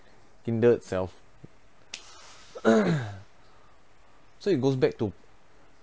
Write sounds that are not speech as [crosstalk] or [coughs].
kinder itself [coughs] so it goes back to